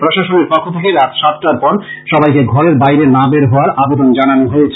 প্রশাসনের পক্ষ থেকে রাত সাতটার পর সবাইকে ঘরের বাইরে না বের হওয়ার আবেদন করা হয়েছে